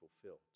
fulfilled